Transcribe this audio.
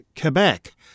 Quebec